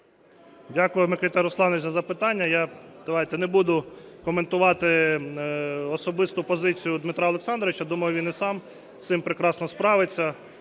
Дякую, Микита Русланович, за запитання. Я давайте не буду коментувати особисту позицію Дмитра Олександровича, я думаю, він і сам з цим прекрасно справиться.